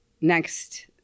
next